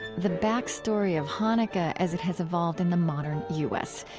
the backstory of hanukkah as it has evolved in the modern u s,